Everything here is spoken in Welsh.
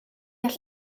all